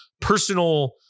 personal